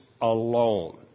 alone